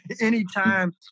anytime